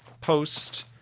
post